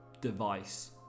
device